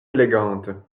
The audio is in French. élégante